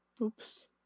oops